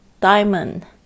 Diamond